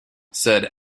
said